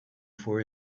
for